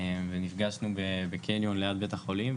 ונפגשנו בקניון ליד בית החולים,